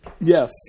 Yes